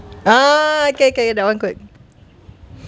ah okay okay that [one] good